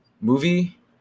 movie